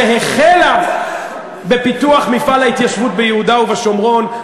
שהחלה בפיתוח מפעל ההתיישבות ביהודה ובשומרון,